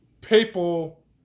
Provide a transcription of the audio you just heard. papal